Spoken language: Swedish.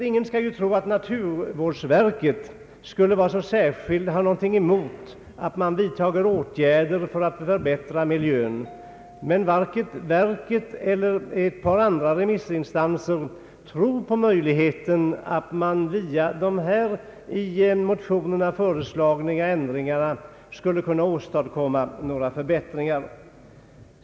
Ingen skall tro satt naturvårdsverket skulle ha något emot att man vidtar åtgärder för att förbättra miljön. Men varken verket eller andra remissinstanser tror på möjligheten att man via dessa i motionerna föreslagna ändringar skulle kunna åstadkomma några förbättringar.